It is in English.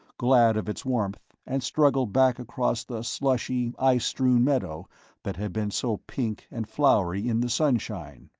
glad of its warmth, and struggled back across the slushy, ice-strewn meadow that had been so pink and flowery in the sunshine.